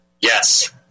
Yes